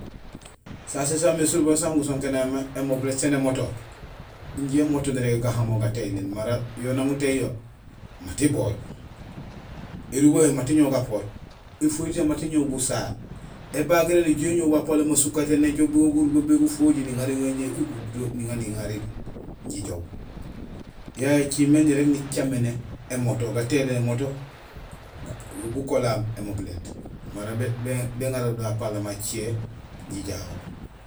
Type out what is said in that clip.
Sasé saamé surubo san gusonkénéhoom ma: émobilét sén émoto; injé émoto nirégé gahamo gétéhiléén mara yo nang utééy yo; mat ibooj, urubahéén mat iñoow gapoor, éfojitéén mat iñoow busaha, ébagiréén nijuhé apaloom asukatéén néjoow wala bugo gurubo wal gufojiir, niŋariir éjé iguut do niŋa, niŋa jijoow. Yayé écimé nirég caméné émoto; gatéhiléén émoto gukolohaam émobilét mara béŋaroor do apaloom acé jijahoor.